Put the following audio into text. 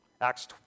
Acts